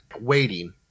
waiting